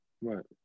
right